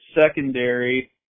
secondary